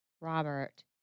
Robert